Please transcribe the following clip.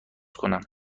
کنم